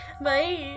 Bye